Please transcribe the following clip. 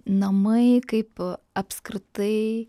namai kaip apskritai